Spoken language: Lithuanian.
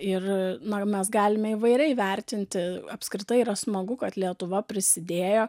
ir na mes galime įvairiai vertinti apskritai yra smagu kad lietuva prisidėjo